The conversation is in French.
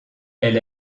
elle